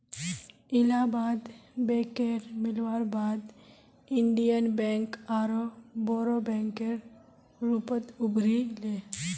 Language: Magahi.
इलाहाबाद बैकेर मिलवार बाद इन्डियन बैंक आरोह बोरो बैंकेर रूपत उभरी ले